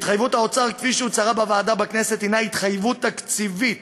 התחייבות האוצר כפי שהוצהרה בוועדה בכנסת הנה התחייבות תקציבית